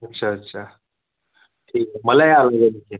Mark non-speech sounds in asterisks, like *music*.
अच्छा अच्छा ठीक आहे मला या *unintelligible*